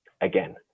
again